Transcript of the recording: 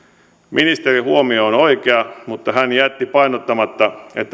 ministerin huomio on on oikea mutta hän jätti painottamatta